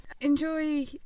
Enjoy